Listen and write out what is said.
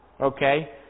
Okay